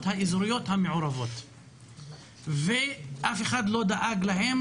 האזוריות המעורבות ואף אחד לא דאג להם,